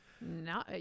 No